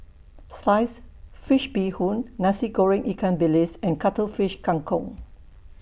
Sliced Fish Bee Hoon Nasi Goreng Ikan Bilis and Cuttlefish Kang Kong